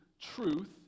truth